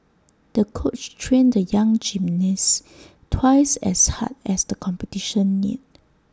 the coach trained the young gymnast twice as hard as the competition neared